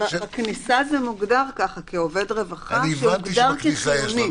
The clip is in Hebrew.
בכניסה זה מוגדר כך, כעובד רווחה שהוגדר כחיוני.